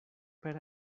per